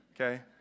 Okay